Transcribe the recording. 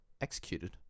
executed